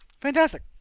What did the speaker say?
Fantastic